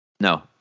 No